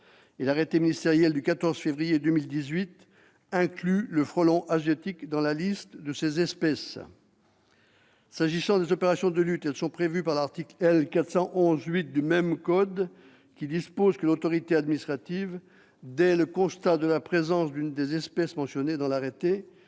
L'arrêté ministériel du 14 février 2018 inclut le frelon asiatique dans la liste de ces espèces. S'agissant des opérations de lutte, elles sont prévues par l'article L. 411-8 du même code, qui dispose que l'autorité administrative, dès le constat de la présence d'une des espèces mentionnées dans l'arrêté,